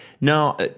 No